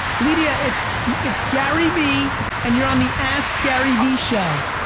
leedia, it's it's gary vee and you're on the askgaryvee show.